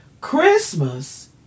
Christmas